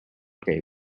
tape